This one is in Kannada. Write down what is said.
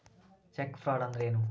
ಚೆಕ್ ಫ್ರಾಡ್ ಅಂದ್ರ ಏನು?